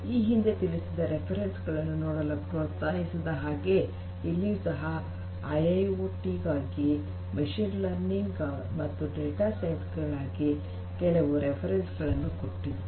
ಈ ಹಿಂದೆ ತಿಳಿಸಿದ ಉಲ್ಲೇಖಗಳನ್ನು ನೋಡಲು ಪ್ರೋತ್ಸಾಹಿಸಿದ ಹಾಗೆ ಇಲ್ಲಿಯೂ ಸಹ ಐಐಓಟಿ ಗಾಗಿ ಮಷೀನ್ ಲರ್ನಿಂಗ್ ಮತ್ತು ಡೇಟಾ ಸೈನ್ಸ್ ಬಗ್ಗೆ ಕೆಲವು ಉಲ್ಲೇಖಗಳನ್ನು ಕೊಟ್ಟಿದ್ದೇನೆ